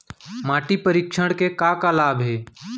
माटी परीक्षण के का का लाभ हे?